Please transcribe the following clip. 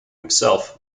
himself